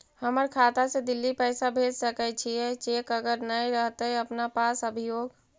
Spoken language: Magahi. हमर खाता से दिल्ली पैसा भेज सकै छियै चेक अगर नय रहतै अपना पास अभियोग?